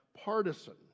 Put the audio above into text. partisan